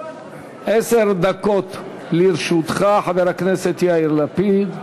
עשר דקות לרשותך, חבר הכנסת יאיר לפיד.